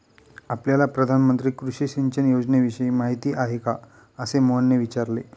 आपल्याला प्रधानमंत्री कृषी सिंचन योजनेविषयी माहिती आहे का? असे मोहनने विचारले